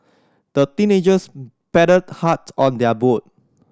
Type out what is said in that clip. the teenagers paddled hard on their boat